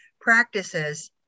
practices